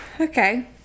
Okay